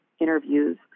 interviews